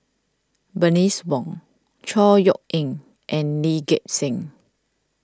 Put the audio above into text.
Bernice Wong Chor Yeok Eng and Lee Gek Seng